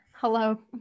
hello